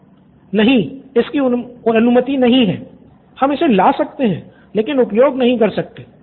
student 6 नहीं इसकी अनुमति नहीं है हम इसे ला सकते हैं लेकिन उपयोग नहीं कर सकते